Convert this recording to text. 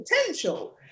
potential